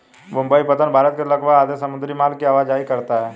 मुंबई पत्तन भारत के लगभग आधे समुद्री माल की आवाजाही करता है